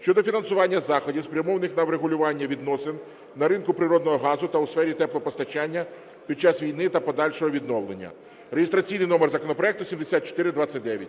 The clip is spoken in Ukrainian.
(щодо фінансування заходів, спрямованих на врегулювання відносин на ринку природного газу та у сфері теплопостачання під час війни та подальшого відновлення) (реєстраційний номер законопроекту 7429).